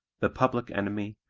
the public enemy,